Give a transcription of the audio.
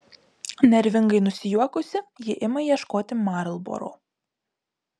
nervingai nusijuokusi ji ima ieškoti marlboro